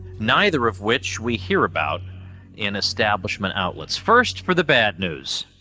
neither of which we hear about in establishment outlets first for the bad news.